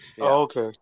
Okay